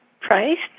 priced